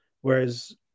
whereas